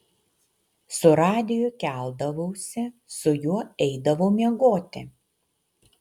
su radiju keldavausi su juo eidavau miegoti